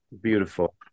beautiful